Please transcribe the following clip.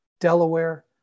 Delaware